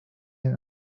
and